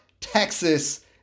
Texas